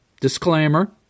disclaimer